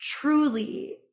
truly